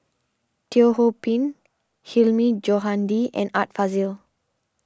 Teo Ho Pin Hilmi Johandi and Art Fazil